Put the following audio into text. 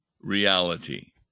reality